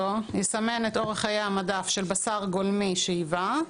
יסמן את אורך חיי המדף של בשר גולמי שייבא,